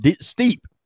steep